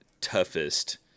toughest